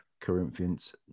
Corinthians